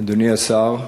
אדוני השר,